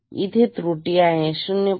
त्रुटी आहे 0